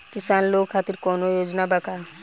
किसान लोग खातिर कौनों योजना बा का?